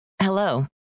Hello